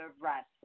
rest